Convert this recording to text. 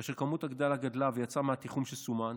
כאשר כמות המפגינים גדלה ויצאה מהתיחום שסומן,